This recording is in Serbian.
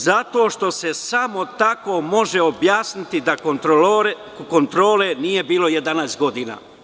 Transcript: Zato što se samo tako može objasniti da kontrole nije bilo 11 godina.